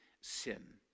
sin